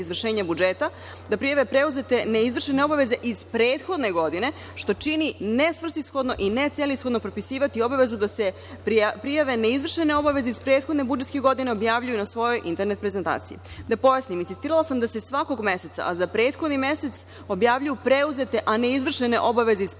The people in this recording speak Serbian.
izvršenja budžeta, da prijave preuzete ne izvršene obaveze iz prethodne godine, što čini ne svrsishodno i ne celishodno propisivati obavezu da se prijave ne izvršene obaveze iz prethodne budžetske godine objavljuju na svojoj internet prezentaciji. Da pojasnim, insistirala sam da se svakog meseca, a za prethodni mesec objavljuju preuzete, a ne izvršene obaveze iz